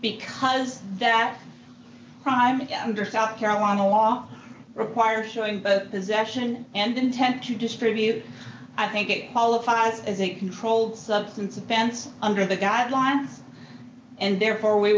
because that crime under south carolina law requires showing this action and intent to distribute i think it qualifies as a controlled substance offense under the guidelines and therefore we